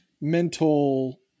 mental